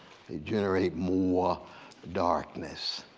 the generate more darkness.